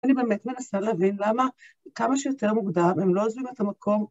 אני באמת מנסה להבין למה כמה שיותר מוקדם הם לא עוזבים את המקום.